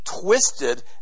twisted